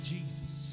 Jesus